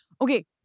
Okay